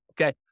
okay